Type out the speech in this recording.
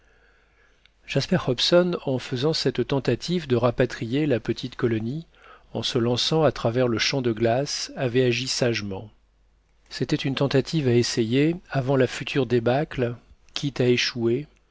jasper hobson en faisant cette tentative de rapatrier la petite colonie en se lançant à travers le champ de glace avait agi sagement c'était une tentative à essayer avant la future débâcle quitte à échouer